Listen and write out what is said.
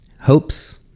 hopes